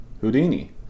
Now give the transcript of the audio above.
Houdini